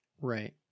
Right